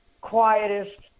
quietest